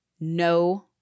no